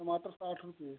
टमाटर साठ रुपये